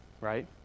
right